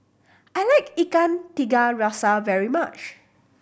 I like Ikan Tiga Rasa very much